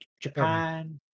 japan